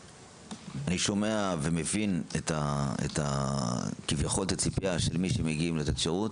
אני שומע ומבין את הציפייה ממי שמגיע לתת שירות